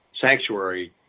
sanctuary